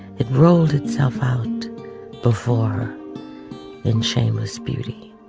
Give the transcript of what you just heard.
it rolled itself out before and shameless beauty.